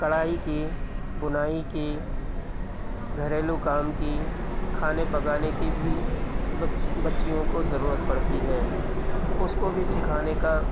کڑھائی کی بنائی کی گھریلو کام کی کھانے پکانے کی بھی بچیوں کو ضرورت پڑتی ہے اس کو بھی سکھانے کا